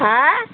आयँ